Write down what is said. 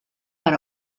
per